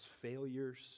failures